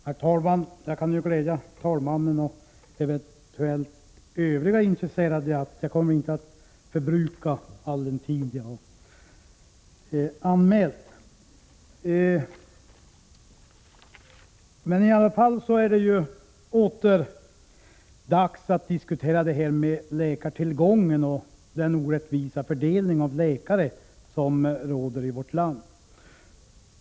Herr talman! Jag kan glädja talmannen och eventuellt övriga intresserade med beskedet att jag inte kommer att förbruka all den tid jag har anmält. Det är åter dags att diskutera frågan om läkartillgången och den orättvisa fördelningen av läkare i vårt land.